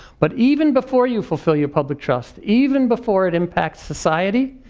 but even before you fulfill your public trust, even before it impact society,